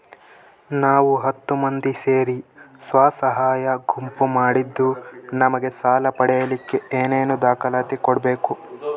ನಾವು ಹತ್ತು ಮಂದಿ ಸೇರಿ ಸ್ವಸಹಾಯ ಗುಂಪು ಮಾಡಿದ್ದೂ ನಮಗೆ ಸಾಲ ಪಡೇಲಿಕ್ಕ ಏನೇನು ದಾಖಲಾತಿ ಕೊಡ್ಬೇಕು?